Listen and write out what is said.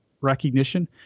recognition